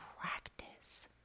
practice